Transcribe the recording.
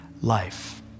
life